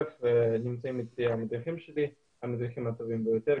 נמצאים אתי המדריכים הטובים שלי.